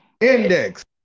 Index